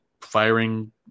firing